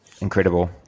incredible